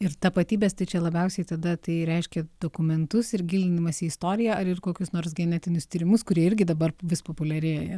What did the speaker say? ir tapatybės tai čia labiausiai tada tai reiškia dokumentus ir gilinimąsi į istoriją ar ir kokius nors genetinius tyrimus kurie irgi dabar vis populiarėja